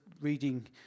reading